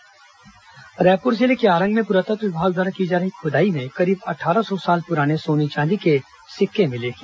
आरंग पुरातत्व रायपुर जिले के आरंग में पुरातत्त विभाग द्वारा की जा रही खुदाई में करीब अट्ठारह सौ साल पुराने सोने चांदी के सिक्के मिले हैं